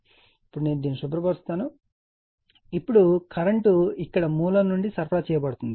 ఇప్పుడు నేను దీనిని శుభ్ర పరుస్తాను ఇప్పుడు కరెంట్ ఇక్కడ మూలం నుండి సరఫరా చేయబడుతుంది